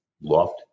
loft